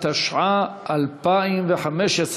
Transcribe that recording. התשע"ה 2015,